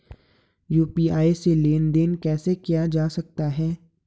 UPI से लेनदेन कैसे किया जा सकता है?